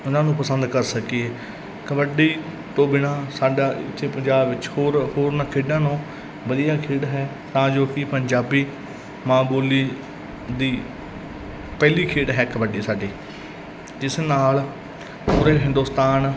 ਉਹਨਾਂ ਨੂੰ ਪਸੰਦ ਕਰ ਸਕੀਏ ਕਬੱਡੀ ਤੋਂ ਬਿਨਾਂ ਸਾਡਾ ਇੱਥੇ ਪੰਜਾਬ ਵਿੱਚ ਹੋਰ ਹੋਰਨਾਂ ਖੇਡਾਂ ਨੂੰ ਵਧੀਆ ਖੇਡ ਹੈ ਤਾਂ ਜੋ ਕਿ ਪੰਜਾਬੀ ਮਾਂ ਬੋਲੀ ਦੀ ਪਹਿਲੀ ਖੇਡ ਹੈ ਕਬੱਡੀ ਸਾਡੀ ਜਿਸ ਨਾਲ ਪੂਰੇ ਹਿੰਦੁਸਤਾਨ